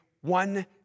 one